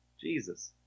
Jesus